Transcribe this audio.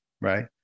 right